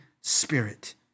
Spirit